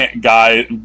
guy